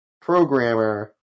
programmer